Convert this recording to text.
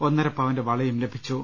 ഒന്നര പവന്റെ വളയും ലഭിച്ചു